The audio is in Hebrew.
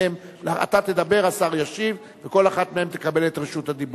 אתה תדבר, השר ישיב, וכל אחת תקבל את רשות הדיבור.